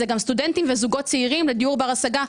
זה גם סטודנטים וזוגות צעירים לדיור בר-השגה,